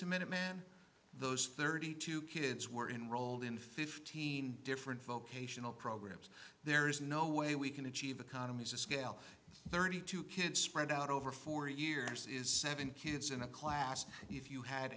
minuteman those thirty two kids were enroll in fifteen different vocational programs there is no way we can achieve economies of scale thirty two kids spread out over four years is seven kids in a class if you had